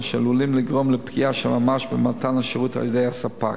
אשר עלולים לגרום לפגיעה של ממש במתן השירות על-ידי הספק.